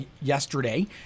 yesterday